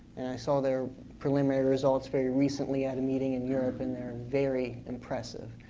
and i saw their preliminary results very recently at a meeting in europe, and they're very impressive.